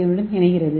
ஏவுடன் பிணைக்கிறது